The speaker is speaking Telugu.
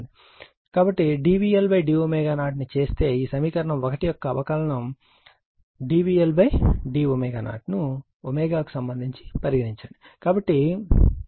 కాబట్టి dVLdω0 ను చేస్తే ఈ సమీకరణం 1 యొక్క అవకలనండెరివేటివ్ dVLdω0 ను ω కు సంబంధించి పరిగణించండి